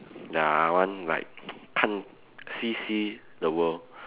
ya I want like 看 see see the world